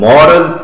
Moral